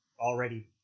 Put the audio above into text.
already